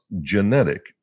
genetic